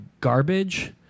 garbage